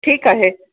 ठीक आहे